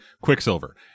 Quicksilver